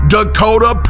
Dakota